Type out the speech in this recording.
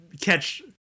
catch